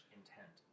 intent